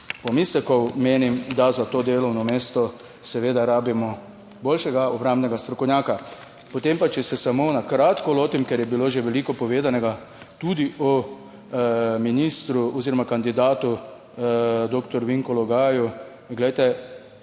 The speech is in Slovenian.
pomislekov, menim da za to delovno mesto seveda rabimo boljšega obrambnega strokovnjaka. Potem pa, če se samo na kratko lotim, ker je bilo že veliko povedanega, tudi o ministru oziroma kandidatu doktor Vinku Logaju. Glejte,